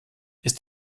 ist